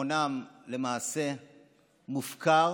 ביטחונם למעשה מופקר